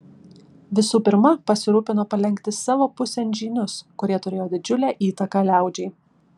visų pirma pasirūpino palenkti savo pusėn žynius kurie turėjo didžiulę įtaką liaudžiai